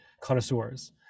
connoisseurs